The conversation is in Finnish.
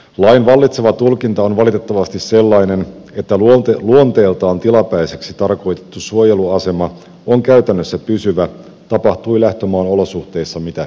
lain vallitseva tulkinta on valitettavasti sellainen että luonteeltaan tilapäiseksi tarkoitettu suojeluasema on käytännössä pysyvä tapahtui lähtömaan olosuhteissa mitä hyvänsä